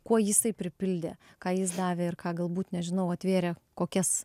kuo jisai pripildė ką jis davė ir ką galbūt nežinau atvėrė kokias